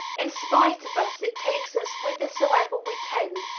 in spite of us, it takes us whithersoever we tend,